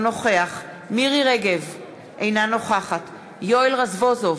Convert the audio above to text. לגבי המשכורת שלהן,